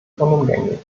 unumgänglich